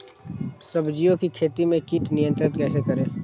सब्जियों की खेती में कीट नियंत्रण कैसे करें?